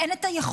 אין את היכולת,